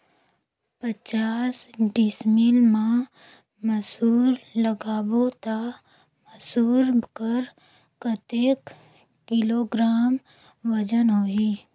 पचास डिसमिल मा मसुर लगाबो ता मसुर कर कतेक किलोग्राम वजन होही?